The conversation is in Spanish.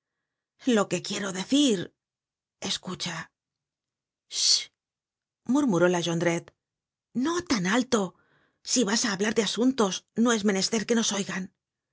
lo que quiero decir escucha chit murmuró la jondrette no tan alto si vas á hablar de asuntos no es menester que nos oigan